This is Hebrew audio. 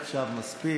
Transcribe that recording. עכשיו מספיק.